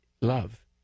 love